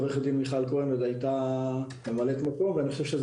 עורכת הדין מיכל כהן עוד הייתה ממלאת מקום וזו